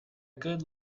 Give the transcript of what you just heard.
good